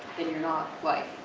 then you're not life.